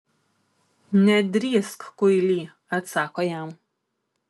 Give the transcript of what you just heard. nedrįsk kuily atsako jam